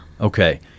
Okay